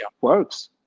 works